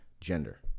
Gender